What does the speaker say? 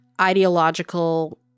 ideological